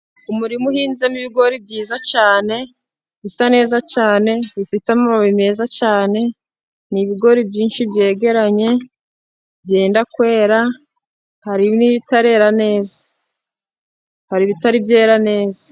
Umurima uhinzemo ibigori byiza cyane bisa neza cyane, bifite amababi meza cyane, n'ibigori byinshi byegeranyera byenda kwera hari n'ibitarera neza hari ibitari byera neza.